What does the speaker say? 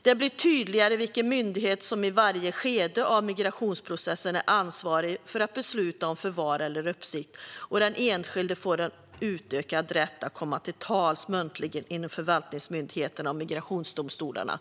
skulle bli tydligare vilken myndighet som i varje skede av migrationsprocessen är ansvarig för att besluta om förvar eller uppsikt, och den enskilde skulle få en utökad rätt att komma till tals muntligen inför förvaltningsmyndigheterna och migrationsdomstolarna.